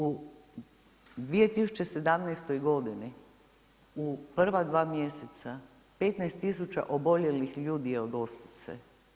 U 2017. godini u prva dva mjeseca 15 tisuća oboljelih ljudi je od ospice.